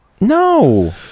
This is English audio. No